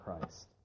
Christ